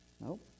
Nope